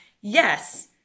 yes